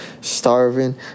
starving